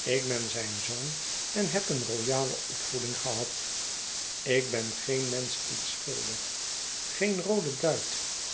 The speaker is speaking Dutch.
ik ben zijn zoon en heb een a royale opvoeding gehad ik ben geen mensch iets schuldig geen rooden duit